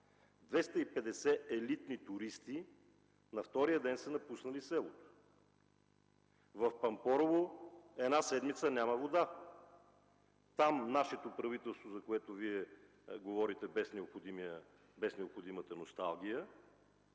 елитни туристи на втория ден са напуснали селото. В Пампорово една седмица няма вода. Там нашето правителство, за което Вие говорите без необходимата носталгия,